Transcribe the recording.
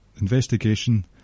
investigation